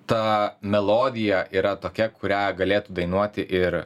ta melodija yra tokia kurią galėtų dainuoti ir